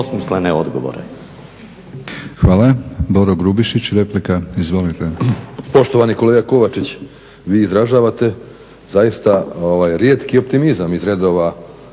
Hvala.